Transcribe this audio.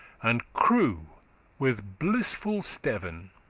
and crew with blissful steven.